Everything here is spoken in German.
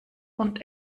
und